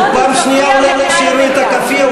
הוא פעם שנייה עולה כדי שיראו את הכאפיה.